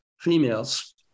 females